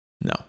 No